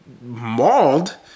Mauled